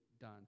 done